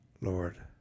Lord